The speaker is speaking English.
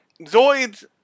Zoids